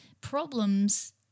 problems